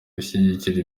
gushyigikira